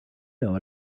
know